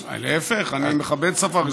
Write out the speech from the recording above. להפך, אני מכבד שפה רשמית.